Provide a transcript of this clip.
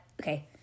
Okay